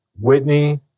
Whitney